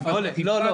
רק נבדוק